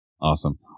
Awesome